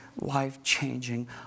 life-changing